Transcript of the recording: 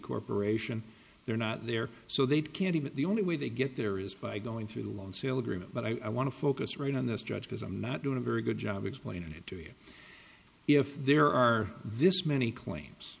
corporation they're not there so they can't even the only way they get there is by going through the loan sale agreement but i want to focus right on this judge because i'm not doing a very good job explaining it to you if there are this many claims